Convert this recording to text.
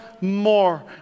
more